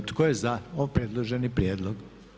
Tko je za ovaj predloženi Prijedlog?